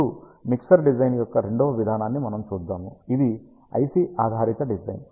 ఇప్పుడు mixer design యొక్క రెండవ విధానాన్ని మనము చూద్దాము ఇది IC ఆధారిత డిజైన్